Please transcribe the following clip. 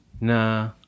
Nah